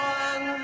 one